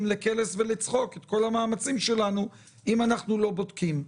לקלס ולצחוק את כל המאמצים שלנו אם אנחנו לא בודקים.